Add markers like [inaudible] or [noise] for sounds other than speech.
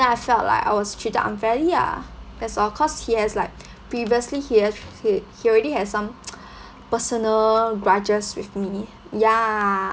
then I felt like I was treated unfairly ah that's all cause he has like previously he have he he already had some [noise] personal grudges with me ya